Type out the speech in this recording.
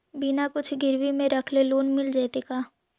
बिना कुछ गिरवी मे रखले लोन मिल जैतै का?